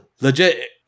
legit-